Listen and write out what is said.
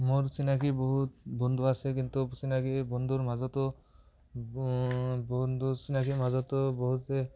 মোৰ চিনাকী বহুত বন্ধু আছে কিন্তু চিনাকী বন্ধুৰ মাজতো বন্ধুৰ চিনাকীৰ মাজতো বহুতে